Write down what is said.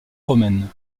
romaine